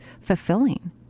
fulfilling